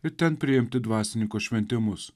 ir ten priimti dvasininko šventimus